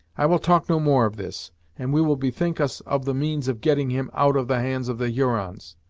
i will talk no more of this and we will bethink us of the means of getting him out of the hands of the hurons.